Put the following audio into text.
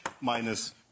minus